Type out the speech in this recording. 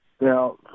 Now